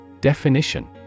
Definition